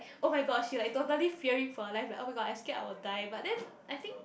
oh-my-god she like totally fearing for her life like oh-my-god I scared I will die but then I think